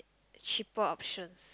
cheaper option